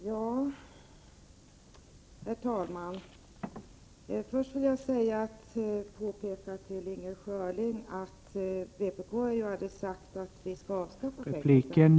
Herr talman! Först vill jag påpeka för Inger Schörling att vpk aldrig har sagt att vi skall avskaffa fängelserna.